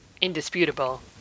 indisputable